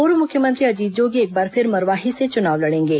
पूर्व मुख्यमंत्री अजीत जोगी एक बार फिर मरवाही से चुनाव लड़ेंगे